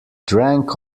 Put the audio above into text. drank